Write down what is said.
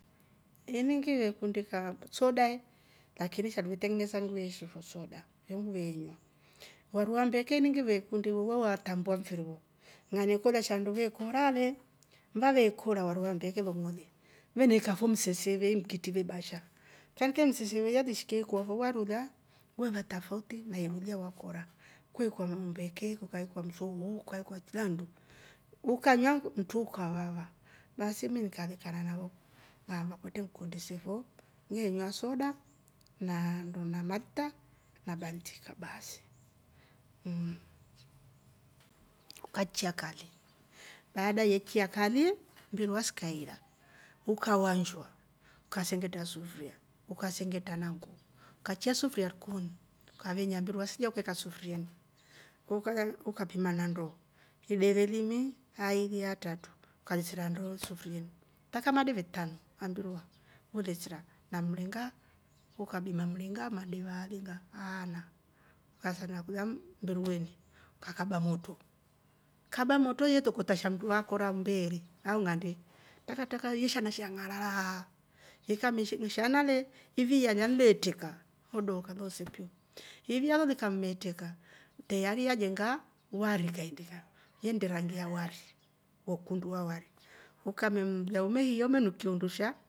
Ini ngivekundi ka soda laini shandu ve tengenesa fo ngeeshi fo soda nnyo ngiveenywa, wari wa umbeke ini ngivekundi uroo watambua mfiri wo ngilemekolya shandu we kora le, vaveekor vari wa umbeke long'ooli veneikya fo mseseveni ikitri ve basha kaindika mseseve ye ishike kwaafo vari ulya wevav tafauti na iru lilya wakora kwekwaa umbeke, kukaekwa mswa umu kukaekwa chila nndo ukanywa mtwre ukavava basi mi nikalekana navongaamba kwetre ngikundi se fo ngeenywa soda naa anndo na malta na baltika bas mmm. ukachiya kali baada ye ikya kali mbirwa sikaira ukavanshua, ukasengetra sufria ukasengetra na ngu ukachiya sufria rikoni ukamenya mbirwa silya u ukaeka sufrieni ukaa ukapima na ndoo ideve limi aili atratu ukaesira ndoo sufrieni mpaka madeve tanu ah mbirwa ulesira na mringa ukabima mringa madeve alinga aana, ukasanda kulya mbirweni ukakaba moto, kaba moto ye tokota sha mnduakora umbeere au ng'ande yesha yashana dangararaaa ikame shana le iviya ilya le teka hoodooka loose piu iviya lo likamme treka teyari yajenga wari kaindika, yennde rangi ya wari wekundu wa wari ukamme mmehiya umenukia undusha